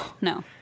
No